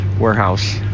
warehouse